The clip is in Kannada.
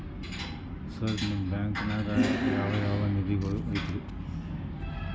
ಸರ್ ನಿಮ್ಮ ಬ್ಯಾಂಕನಾಗ ಯಾವ್ ಯಾವ ನಿಧಿಗಳು ಐತ್ರಿ?